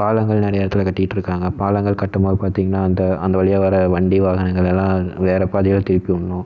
பாலங்கள் நிறையா இடத்துல கட்டிகிட்ருக்காங்க பாலங்கள் கட்டும்போது பார்த்தீங்கனா அந்த அந்த வழியா வர வண்டி வாகனங்கள் எல்லாம் வேறு பாதையில் திருப்பி விட்ணும்